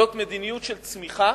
זאת מדיניות של צמיחה,